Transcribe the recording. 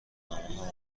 برنامه